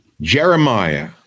Jeremiah